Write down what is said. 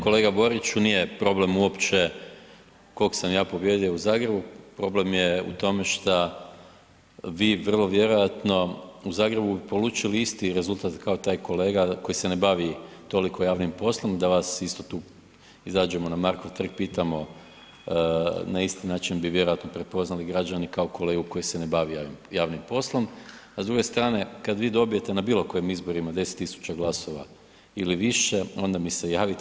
Kolega Boriću nije problem uopće kog sam ja pobijedio u Zagrebu, problem je u tome šta vi vrlo vjerojatno bi polučili isti rezultat kao taj kolega koji se ne bavi toliko javnim poslom, da vas isto tu izađemo na Markov trg, na isti način bi vjerojatno prepoznali građani kao kolegu koji se ne bavi javnim poslom, a s druge strane kad vi dobijete na bilo kojim izborima 10.000 glasova ili više onda mi se javite.